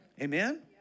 Amen